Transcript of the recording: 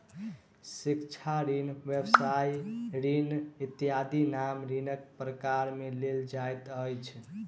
शिक्षा ऋण, व्यवसाय ऋण इत्यादिक नाम ऋणक प्रकार मे लेल जाइत अछि